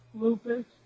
lupus